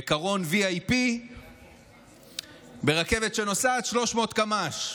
בקרון VIP ברכבת שנוסעת 300 קמ"ש?